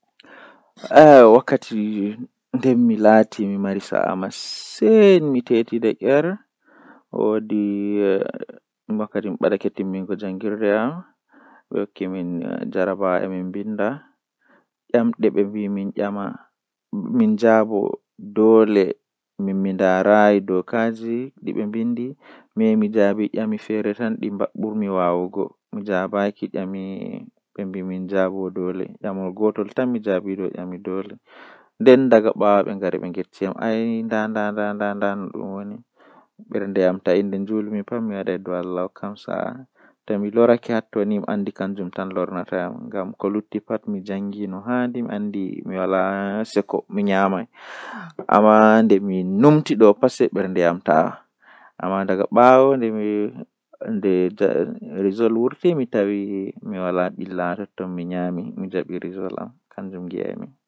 Eey, ko waɗi ko neɗɗo ɗoo waɗataa hakkunde ngoodi haalde e leydi ɗum so he saayi. Ko aduna maa waɗanaa ɗum ɗoo ɗi famataa ngam njogorde maa, e waɗal kadi, ɗum woni laawol laamu. So a heɓata ɗam ngoodi ka leydi fof e jam e nder laamu, ɗum waɗata heɓre ngoodi ɗi waɗande faamugol aduna.